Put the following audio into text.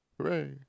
hooray